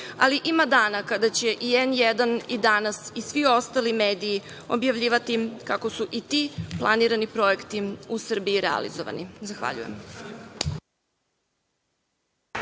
ali ima dana kada će i „N1“ i „Danas“ i svi ostali mediji objavljivati kako su i ti planirani projekti u Srbiji realizovani. Zahvaljujem.